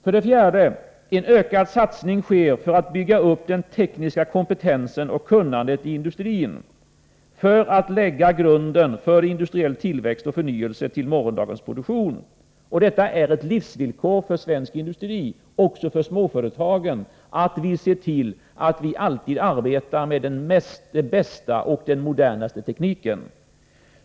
För det fjärde: En ökad satsning sker för att bygga upp teknisk kompetens och tekniskt kunnande i industrin för att lägga grunden för industriell tillväxt och förnyelse när det gäller morgondagens produktion. Det är ett livsvillkor för svensk industri, även för småföretagen, att vi ser till att vi alltid arbetar med den bästa och modernaste tekniken.